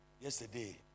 Yesterday